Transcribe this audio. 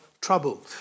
trouble